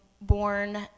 born